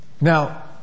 Now